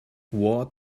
what